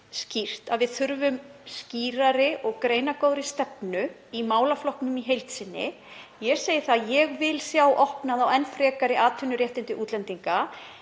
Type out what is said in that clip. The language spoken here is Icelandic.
að við þurfum skýrari stefnu í málaflokknum í heild sinni. Ég segi það að ég vil sjá opnað á enn frekari atvinnuréttindi útlendinga.